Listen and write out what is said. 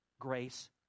Grace